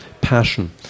passion